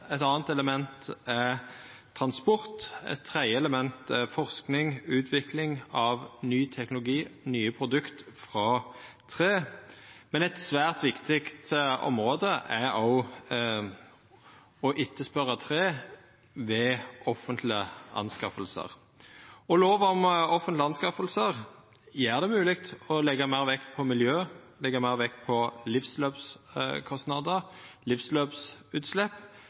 Eit anna element er transport. Eit tredje element er forsking og utvikling av ny teknologi, nye produkt frå tre. Men eit svært viktig område er òg å etterspørja tre ved offentlege anskaffingar. Lova om offentlege anskaffingar gjer det mogleg å leggja meir vekt på miljø, livsløpskostnader, livsløpsutslepp.